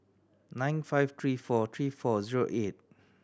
nine five three four three four zero eight